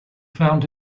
found